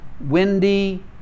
windy